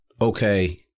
okay